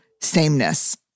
sameness